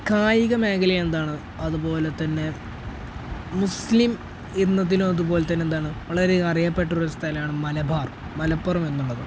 കായിക മേഖലയെ എന്താണ് അതുപോലെത്തന്നെ മുസ്ലിം എന്നതിനും അതുപോലെത്തന്നെ എന്താണ് വളരെ അറിയപ്പെട്ടൊരു സ്ഥലമാണ് മലബാർ മലപ്പുറം എന്നുള്ളത്